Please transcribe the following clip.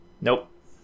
nope